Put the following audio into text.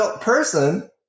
person